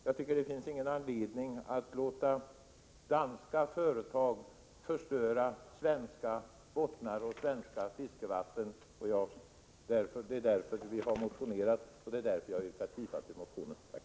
Jag tycker inte att det finns någon anledning att låta danska företag förstöra svenska havsbottnar och svenska fiskevatten. Därför har vi motionerat, och därför yrkar jag bifall till vår motion.